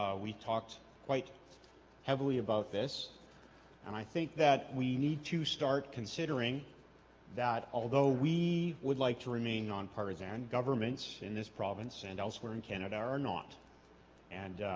we talked quite heavily about this and i think that we need to start considering that although we would like to remain nonpartisan governments in this province and elsewhere in canada or not and